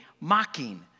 mocking